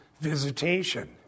visitation